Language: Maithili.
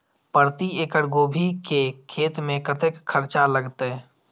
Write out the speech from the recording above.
प्रति एकड़ गोभी के खेत में कतेक खर्चा लगते?